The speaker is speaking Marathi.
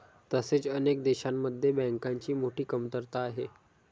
तसेच अनेक देशांमध्ये बँकांची मोठी कमतरता आहे